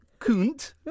Kunt